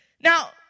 Now